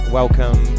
welcome